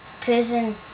prison